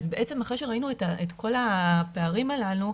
בעצם אחרי שראינו את כל הפערים הללו,